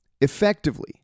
Effectively